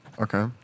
Okay